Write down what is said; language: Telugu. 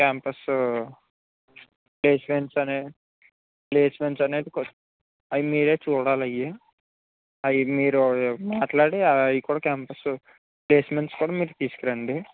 క్యాంపస్ ప్లేస్మెంట్స్ అనేవి ప్లేస్మెంట్స్ అనేది అవి మీరే చూడాలవి అవి మీరు మాట్లాడి అవి కూడా క్యాంపస్ ప్లేస్మెంట్స్ కూడా మీరు తీసుకురండి